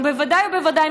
ובוודאי ובוודאי,